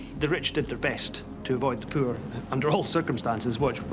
the rich did their best to avoid the poor under all circumstances, which, but